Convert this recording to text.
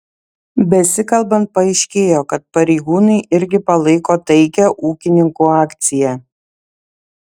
besikalbant paaiškėjo kad pareigūnai irgi palaiko taikią ūkininkų akciją